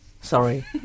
Sorry